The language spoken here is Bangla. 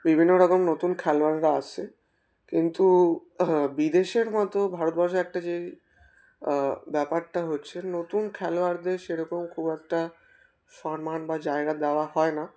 বিভিন্ন রকম নতুন খেলোয়াড়রা আসে কিন্তু বিদেশের মতো ভারতবর্ষে একটা যে ব্যাপারটা হচ্ছে নতুন খেলোয়াড়দের সেরকম খুব একটা সম্মান বা জায়গা দেওয়া হয় না